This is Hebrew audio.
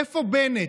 איפה בנט?